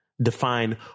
define